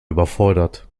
überfordert